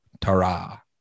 Tara